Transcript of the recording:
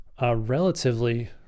relatively